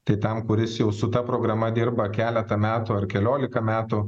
tai tam kuris jau su ta programa dirba keletą metų ar keliolika metų